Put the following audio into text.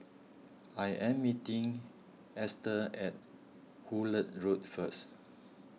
I am meeting Easter at Hullet Road first